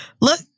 Look